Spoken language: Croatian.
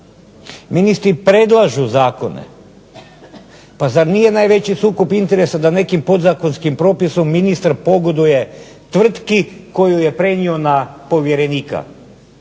ministri predlažu zakone pa zar nije najveći sukob interesa da nekim podzakonskim propisom ministar pogoduje tvrtki koju je prenio na povjerenika,